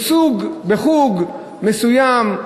בחוג מסוים.